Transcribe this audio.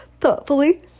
thoughtfully